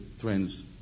trends